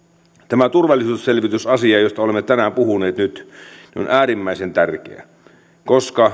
tämä turvallisuusselvitysasia josta olemme nyt tänään puhuneet on äärimmäisen tärkeä koska